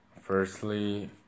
firstly